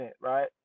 right